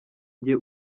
njye